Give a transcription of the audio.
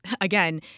again